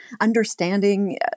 understanding